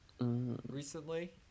recently